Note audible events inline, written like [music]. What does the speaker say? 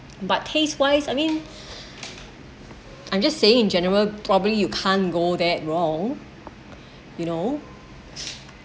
but taste wise I mean I'm just saying in general probably you can't go that wrong you know [noise]